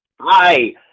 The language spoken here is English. hi